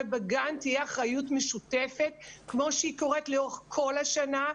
בגן תהיה אחריות משותפת כמו שהיא קורית לאורך כל השנה,